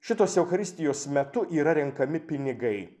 šitos eucharistijos metu yra renkami pinigai